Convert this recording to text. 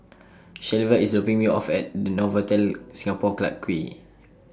Shelva IS dropping Me off At Novotel Singapore Clarke Quay